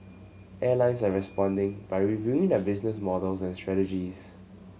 airlines are responding by reviewing their business models and strategies